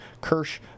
Kirsch